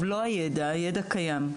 לא הידע, הידע קיים.